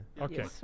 Okay